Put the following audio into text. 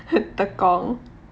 tekong